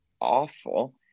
awful